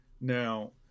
now